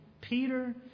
Peter